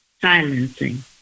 silencing